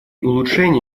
улучшения